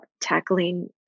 tackling